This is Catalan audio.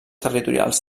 territorials